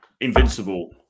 invincible